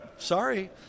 sorry